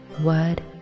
word